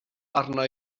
arna